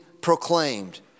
proclaimed